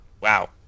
Wow